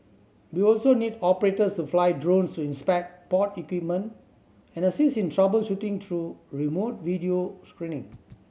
we will also need operators to fly drones inspect port equipment and assist in troubleshooting through remote video screening